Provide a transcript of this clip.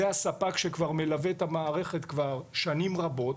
זה הספק שכבר מלווה את המערכת כבר שנים רבות.